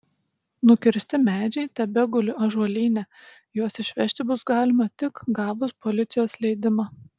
nukirsti medžiai tebeguli ąžuolyne juos išvežti bus galima tik gavus policijos leidimą